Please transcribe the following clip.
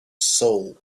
soul